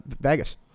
Vegas